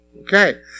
Okay